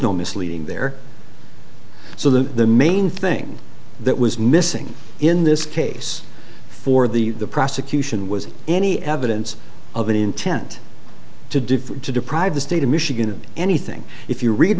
no misleading there so the the main thing that was missing in this case for the prosecution was any evidence of an intent to do to deprive the state of michigan anything if you read